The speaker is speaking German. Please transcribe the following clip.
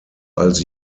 als